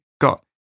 got